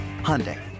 Hyundai